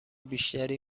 بیشتری